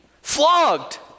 flogged